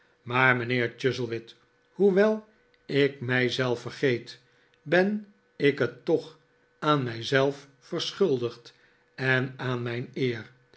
maar mijnheer chuzzlewit hoewel ik mij zelf vergeet ben ik het toch aan mij zelf verschuldigd en aan mijn eer